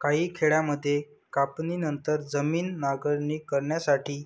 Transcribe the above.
काही खेड्यांमध्ये कापणीनंतर जमीन नांगरणी करण्यासाठी